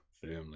Family